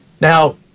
Now